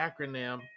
acronym